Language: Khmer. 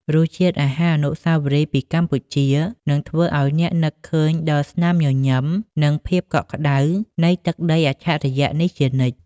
រសជាតិអាហារអនុស្សាវរីយ៍ពីកម្ពុជា នឹងធ្វើឱ្យអ្នកនឹកឃើញដល់ស្នាមញញឹម និងភាពកក់ក្តៅនៃទឹកដីអច្ឆរិយៈនេះជានិច្ច។